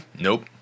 Nope